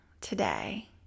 today